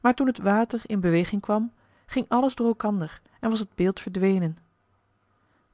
maar toen het water in beweging kwam ging alles door elkander en was het beeld verdwenen